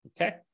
Okay